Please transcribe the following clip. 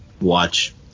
watch